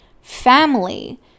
family